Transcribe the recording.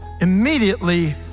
immediately